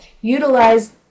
utilize